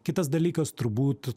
kitas dalykas turbūt